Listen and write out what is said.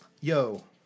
Yo